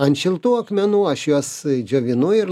ant šiltų akmenų aš juos džiovinu ir